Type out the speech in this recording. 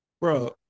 Bro